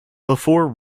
before